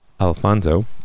Alfonso